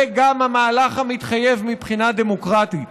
זה גם המהלך המתחייב מבחינה דמוקרטית.